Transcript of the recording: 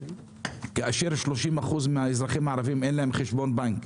כאשר ל-30% מהאזרחים הערבים אין חשבון בנק,